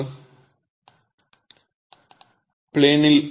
மாணவர் ப்ளேனில்